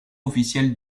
officiel